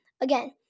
Again